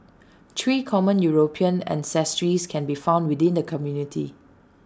three common european ancestries can be found within the community